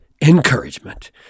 encouragement